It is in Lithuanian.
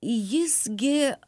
jis gi